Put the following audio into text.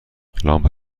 لامپ